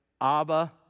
Abba